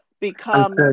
become